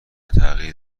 تغییر